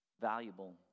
Valuable